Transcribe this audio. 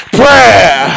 prayer